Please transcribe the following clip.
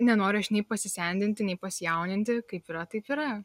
nenoriu aš nei pasisendinti nei pasijauninti kaip yra taip yra